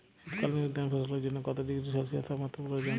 শীত কালীন উদ্যান ফসলের জন্য কত ডিগ্রী সেলসিয়াস তাপমাত্রা প্রয়োজন?